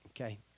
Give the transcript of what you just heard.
Okay